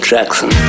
Jackson